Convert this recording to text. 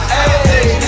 Hey